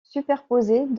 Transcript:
superposés